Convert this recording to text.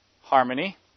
Harmony